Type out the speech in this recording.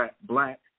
black